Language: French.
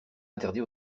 interdit